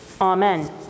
amen